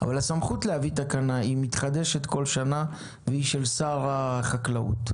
אבל הסמכות להביא תקנה מתחדשת כל שנה והיא של שר החקלאות,